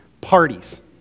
parties